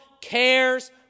cares